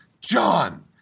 John